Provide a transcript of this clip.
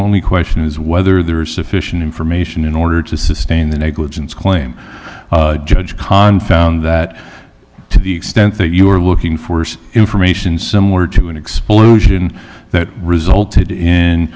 only question is whether there is sufficient information in order to sustain the negligence claim judge confound that to the extent that you are looking for information similar to an explosion that resulted in